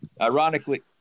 ironically